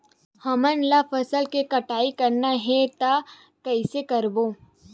हमन ला फसल के कटाई करना हे त कइसे करबो?